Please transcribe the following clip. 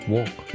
Walk